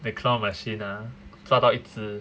the claw machine ah 抓到一只